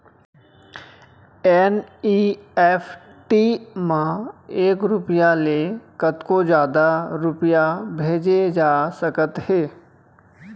NEFT म एक रूपिया ले कतको जादा रूपिया भेजे जा सकत हे